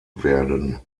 werden